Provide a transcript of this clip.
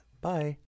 bye